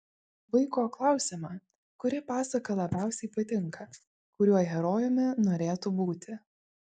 vaiko klausiama kuri pasaka labiausiai patinka kuriuo herojumi norėtų būti